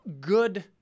good